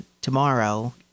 tomorrow